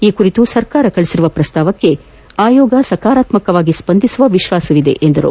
ಈ ಕುರಿತು ಸರ್ಕಾರ ಕಳಿಸಿರುವ ಪ್ರಸ್ತಾವಕ್ಕೆ ಆಯೋಗ ಸಕರಾತ್ಲಾಕವಾಗಿ ಸ್ಪಂದಿಸುವ ವಿಶ್ವಾಸವಿದೆ ಎಂದು ಪೇಳಿದರು